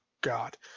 God